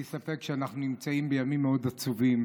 אין ספק שאנחנו נמצאים בימים מאוד עצובים,